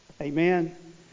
Amen